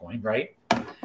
right